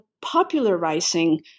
popularizing